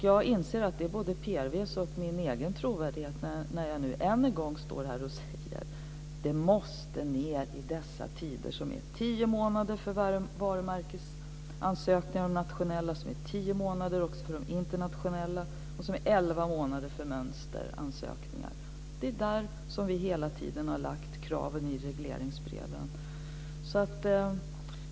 Jag inser att både PRV:s och min egen trovärdighet står på spel när jag nu än en gång står här och säger att handläggningstiderna måste ned till 10 månader för varumärkesansökningarna - de nationella - Det är där som vi hela tiden har lagt kraven i regleringsbreven.